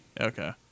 Okay